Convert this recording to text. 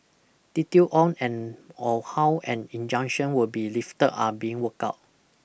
detail on and or how an injunction will be lifted are being worked out